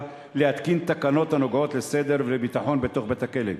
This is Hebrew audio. להתקין תקנות הנוגעות לסדר ולביטחון בתוך בית-הכלא.